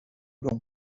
toulon